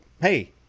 hey